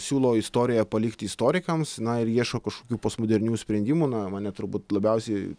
siūlo istoriją palikti istorikams na ir ieško kažkokių postmodernių sprendimų na mane turbūt labiausiai